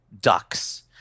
ducks